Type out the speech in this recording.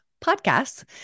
podcasts